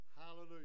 hallelujah